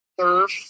surf